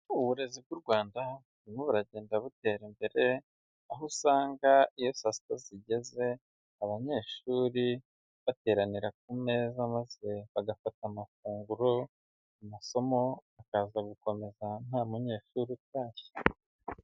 Uburezi bw'u Rwanda burimo buragenda butera imbere, aho usanga iyo sas sita zigeze, abanyeshuri bateranira ku meza maze bagafata amafunguro, amasomo akaza gukomeza nta munyeshuri utashye.